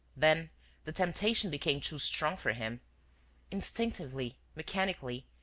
then the temptation became too strong for him instinctively, mechanically,